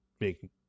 make